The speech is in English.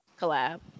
collab